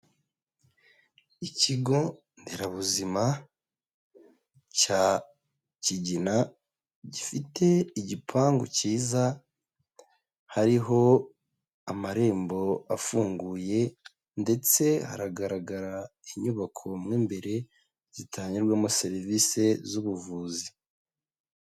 Ikigo nderabuzima cya Kigina gifite igipangu cyiza, hariho amarembo afunguye ndetse haragaragara inyubako mo imbere zitangirwamo serivise z'ubuvuzi.